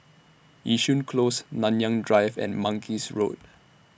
Yishun Close Nanyang Drive and Mangis Road